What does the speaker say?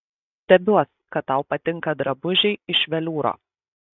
stebiuos kad tau patinka drabužiai iš veliūro